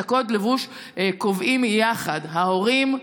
את קוד הלבוש קובעים יחד ההורים,